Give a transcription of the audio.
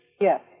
Yes